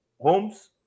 homes